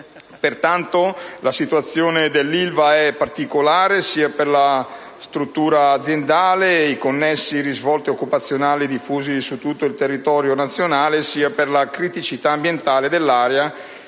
Pertanto la situazione dell'Ilva è particolare, sia per la struttura aziendale e i connessi risvolti occupazionali diffusi su tutto il territorio nazionale, sia per la criticità ambientale dell'area